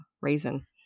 reason